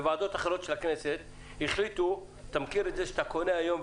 ובוועדות אחרות של הכנסת החליטו אתה מכיר את זה שאתה קונה היום,